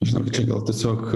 žinok čia gal tiesiog